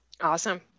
Awesome